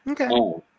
Okay